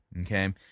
okay